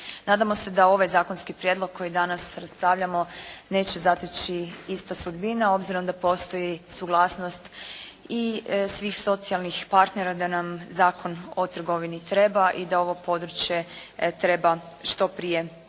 Nadamo se da ovaj zakonski prijedlog koji danas raspravljamo neće zateći ista sudbina, obzirom da postoji suglasnost i svih socijalnih partnera da nam Zakon o trgovini treba i da ovo područje treba što prije